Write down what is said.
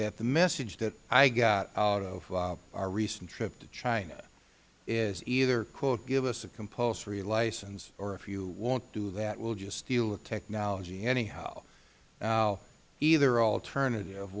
that the message that i got out of our recent trip to china is either quote give us a compulsory license or if you won't do that we will just steal the technology anyhow either alternative